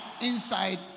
inside